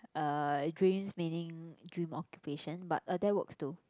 uh dreams meaning dream occupation but uh that works too